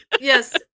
Yes